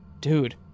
Dude